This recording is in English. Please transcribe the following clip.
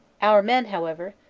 our men, however,